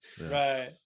Right